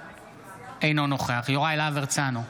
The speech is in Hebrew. אינו נוכח יוראי להב הרצנו,